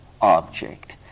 object